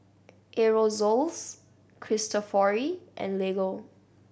Aerosoles Cristofori and Lego